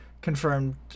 confirmed